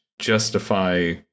justify